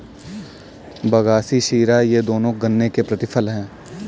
बगासी शीरा ये दोनों गन्ने के प्रतिफल हैं